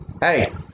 Hey